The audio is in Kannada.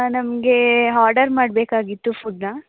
ನಮಗೆ ಹೊರ್ಡರ್ ಮಾಡಬೇಕಾಗಿತ್ತು ಫುಡ್ಡನ್ನ